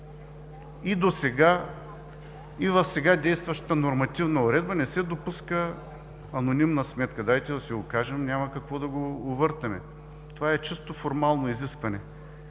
И досега, в сега действащата нормативна уредба не се допуска анонимна сметка – дайте да си го кажем, няма какво да го увъртаме. Това е чисто формално изискване.